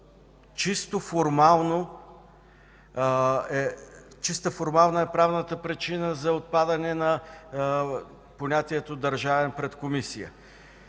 Чисто формална е правилната причина за отпадане на понятието „държавен” пред „комисия”.